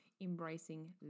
embracing